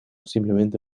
simplemente